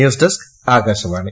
news desk Akashvani